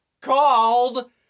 called